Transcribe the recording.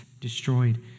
destroyed